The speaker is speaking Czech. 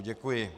Děkuji.